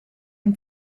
ein